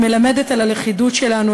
היא מלמדת על הלכידות שלנו,